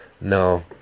no